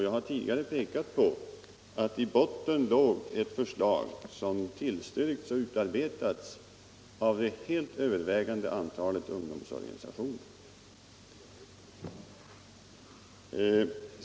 Jag har tidigare pekat på att i botten låg ett förslag som tillstyrkts av det helt övervägande antalet ungdomsorganisationer.